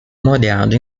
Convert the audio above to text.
molhado